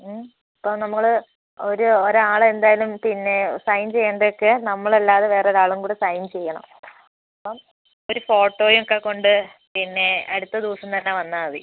ഇപ്പോൾ നമ്മൾ ഒരു ഒരാളെന്തായാലും പിന്നെ സൈൻ ചെയ്യേണ്ടതൊക്കെ നമ്മളല്ലാതെ വേറൊരാളും കൂടി സൈൻ ചെയ്യണം അപ്പം ഒരു ഫോട്ടോയും ഒക്കെക്കൊണ്ട് പിന്നെ അടുത്ത ദിവസം തന്നെ വന്നാൽ മതി